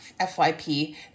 FYP